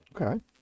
Okay